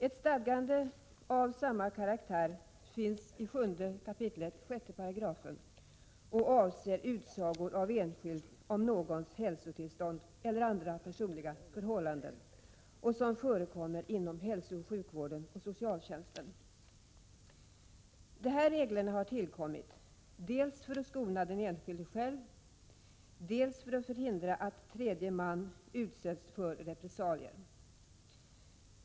Ett stadgande av samma karaktär finns i 7 kap. 6§ och avser inom hälsooch sjukvården samt socialtjänsten förekommande utsagor av enskild om någons hälsotillstånd eller andra personliga förhållanden. De här reglerna har tillkommit dels för att skona den enskilde själv, dels för att förhindra att tredje man utsätts för repressalier.